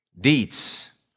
deeds